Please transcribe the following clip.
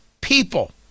people